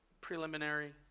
preliminary